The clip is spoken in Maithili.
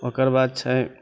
ओकर बाद छै